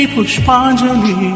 Pushpanjali